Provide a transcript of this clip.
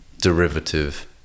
derivative